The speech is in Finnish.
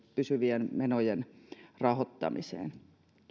pysyvien menojen rahoittamiseen